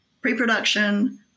pre-production